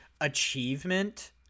achievement